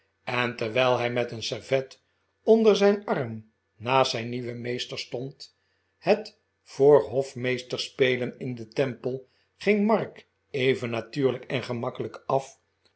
en terwijl hij met een servet onder zijn arm naast zijn nieuwen meester stpnd het voor hofmeester spelen in den temple ging mark even natuurlijk en gemakkelijk af